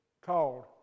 called